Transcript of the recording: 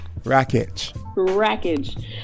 Rackage